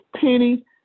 Penny